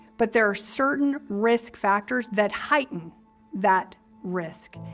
but there are certain risk factors that heighten that risk.